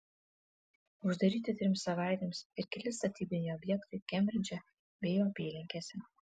uždaryti trims savaitėms ir keli statybiniai objektai kembridže bei jo apylinkėse